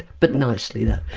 but nicely though.